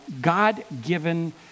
God-given